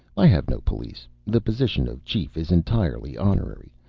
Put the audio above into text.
i have no police. the position of chief is entirely honorary.